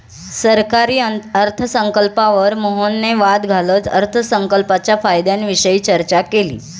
सरकारी अर्थसंकल्पावर मोहनने वाद घालत अर्थसंकल्पाच्या फायद्यांविषयी चर्चा केली